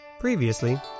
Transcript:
previously